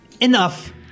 enough